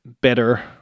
better